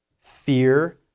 Fear